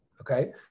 okay